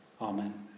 Amen